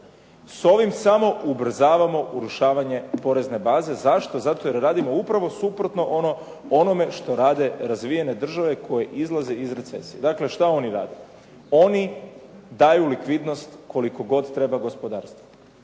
S ovim samo ubrzavamo urušavanje porezne baze. Zašto? Zato jer radimo upravo suprotno ono onome što rade razvijene države koje izlaze iz recesije. Dakle što oni rade? Oni daju likvidnost koliko god treba gospodarstvu.